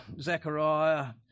Zechariah